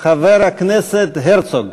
חבר הכנסת הרצוג,